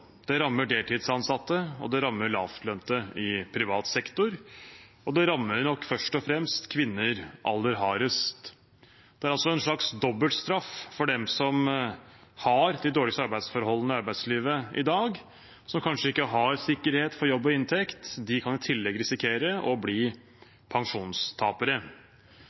det rammer deltidsansatte, det rammer lavtlønte i privat sektor, og det rammer nok først og fremst kvinner aller hardest. Det er altså en slags dobbeltstraff for dem som har de dårligste arbeidsforholdene i arbeidslivet i dag, og som kanskje ikke har sikkerhet for jobb og inntekt. De kan i tillegg risikere å bli pensjonstapere.